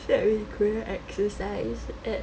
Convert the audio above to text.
sad we couldn't exercise at